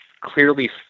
clearly